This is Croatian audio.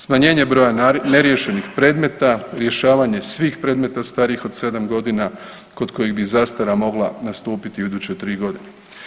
Smanjenje broja neriješenih predmeta, rješavanje svih predmeta starijih od 7 godina kod kojih bi zastara mogla stupiti u iduće 3 godine.